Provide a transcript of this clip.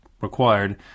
Required